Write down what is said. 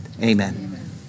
Amen